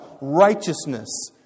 righteousness